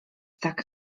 tak